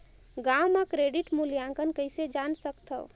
गांव म क्रेडिट मूल्यांकन कइसे जान सकथव?